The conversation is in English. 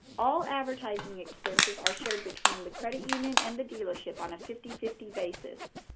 all advertising expenses are shared between the credit union and the dealership on a fifty fifty basis.